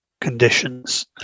conditions